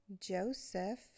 Joseph